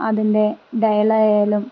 അതിൻ്റെ ഡയൽ ആയാലും